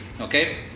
Okay